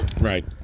right